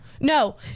No